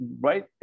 right